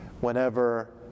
Whenever